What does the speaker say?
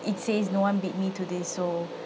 it says no one beat me to this so